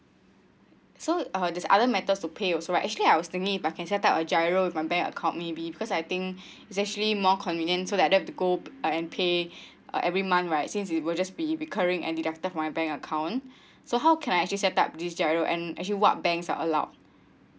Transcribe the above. so uh there is other methods to pay also right actually I was thinking if I can set up a G_I_R_O with my bank account maybe because I think it's actually more convenient so like that to go and pay uh every month right since it will just be recurring and deducted from my bank account so how can I actually set up this G_I_R_O and actually what banks are allowed